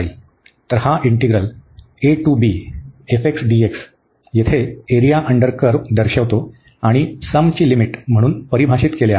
तर हा इंटीग्रल येथे एरिया अंडर कर्व्ह दर्शवितो आणि या समची लिमिट म्हणून परिभाषित केले आहे